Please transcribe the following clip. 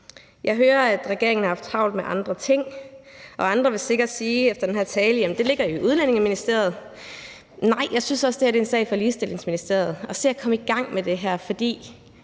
Jeg hører, at regeringen har haft travlt med andre ting, og andre vil sikkert efter den her tale sige, at det ligger i Udlændinge- og Integrationsministeriet. Nej, jeg synes også, at det her er en sag for Ligestillingsministeriet. Og se nu at komme i gang med det her, for